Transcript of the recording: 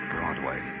Broadway